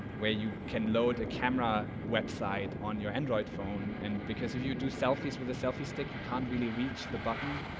where you can load a camera website on your android phone. and if you do selfies with a selfie stick you can't really reach the button